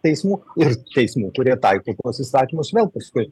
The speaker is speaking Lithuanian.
teismų ir teismų kurie taiko tuos įstatymus vėl paskui